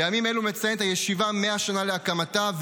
בימים אלו מציינת הישיבה 100 שנה להקמתה,